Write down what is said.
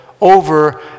over